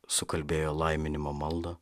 sukalbėjo laiminimo maldą